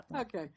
Okay